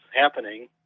happening